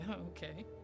okay